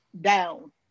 down